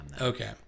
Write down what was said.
Okay